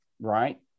Right